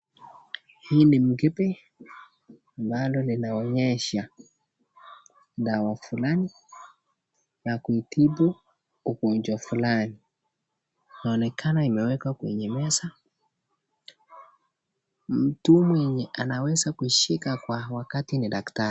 Hii ni mkebe ambalo linaonyesha dawa fulani la kumtibu ugonjwa fulani imeonekana imewekwa kwenye meza mtu anaweza kushika kwa wakati ni daktari.